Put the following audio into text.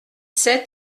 sept